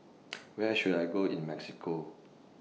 Where should I Go in Mexico